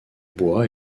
bois